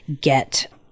get